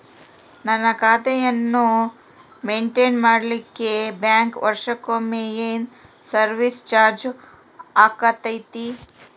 ನನ್ನ ಖಾತೆಯನ್ನು ಮೆಂಟೇನ್ ಮಾಡಿಲಿಕ್ಕೆ ಬ್ಯಾಂಕ್ ವರ್ಷಕೊಮ್ಮೆ ಏನು ಸರ್ವೇಸ್ ಚಾರ್ಜು ಹಾಕತೈತಿ?